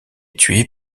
tué